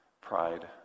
pride